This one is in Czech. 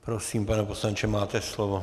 Prosím, pane poslanče, máte slovo.